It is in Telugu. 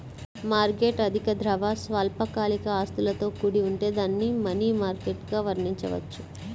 మార్కెట్ అధిక ద్రవ, స్వల్పకాలిక ఆస్తులతో కూడి ఉంటే దానిని మనీ మార్కెట్గా వర్ణించవచ్చు